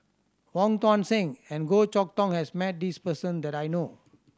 Wong Tuang Seng and Goh Chok Tong has met this person that I know